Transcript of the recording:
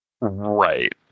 Right